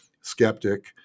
skeptic